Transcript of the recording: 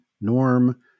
norm